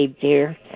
dear